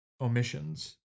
omissions